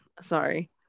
sorry